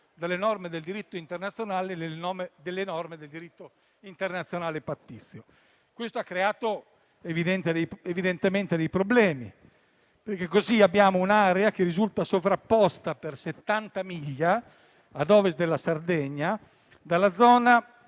dalle norme del diritto internazionale e dalle norme del diritto internazionale pattizio. Evidentemente questo ha creato dei problemi, perché così abbiamo un'area che risulta sovrapposta per 70 miglia ad ovest della Sardegna dalla zona